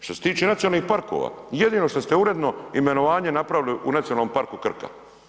Što se tiče racionalnih parkova, jedino što ste uredno imenovanje napravili u Nacionalnom parku Krka.